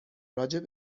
راجع